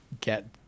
get